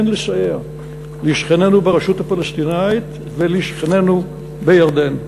לסייע לשכנינו ברשות הפלסטינית ולשכנינו בירדן.